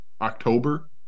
October